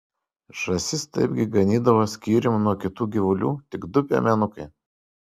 žąsis taipgi ganydavo skyrium nuo kitų gyvulių tik du piemenukai